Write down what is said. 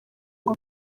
ngo